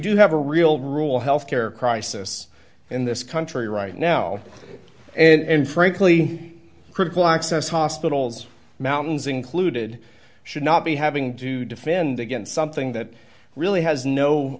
do have a real rule health care crisis in this country right now and frankly critical access hospitals mountains included should not be having to defend against something that really has no